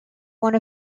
one